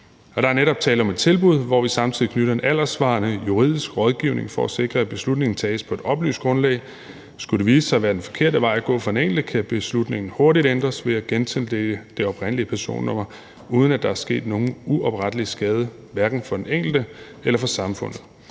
der er netop tale om et tilbud, hvortil vi samtidig knytter en alderssvarende juridisk rådgivning for at sikre, at beslutningen tages på et oplyst grundlag. Skulle det vise sig at være den forkerte vej at gå for den enkelte, kan beslutningen hurtigt ændres ved at gentildele det oprindelige personnummer, uden at der er sket nogen uoprettelig skade hverken for den enkelte eller for samfundet.